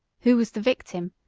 who was the victim,